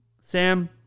Sam